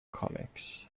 comics